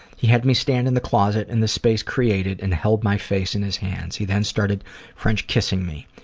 he had me stand in the closet in the space created and held my face in his hands. he then started french kissing me.